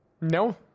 No